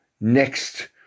next